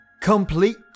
Complete